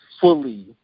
fully